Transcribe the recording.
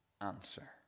answer